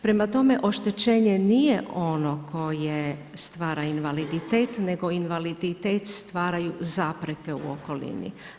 Prema tome, oštećenje nije ono koje stvara invaliditet nego invaliditet stvaraju zapreke u okolini.